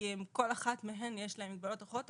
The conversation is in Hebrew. כי לכל אחת מהן יש מגבלות אחרות.